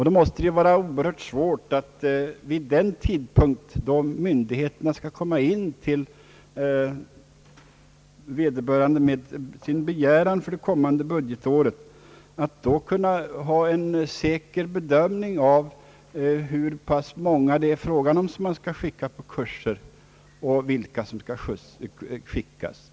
Det måste vara oerhört svårt att vid den tidpunkt då myndigheterna skall komma in till vederbörande departement med sina anslagsäskanden för det kom mande budgetåret säkert kunna bedöma hur många man skall skicka på kurser.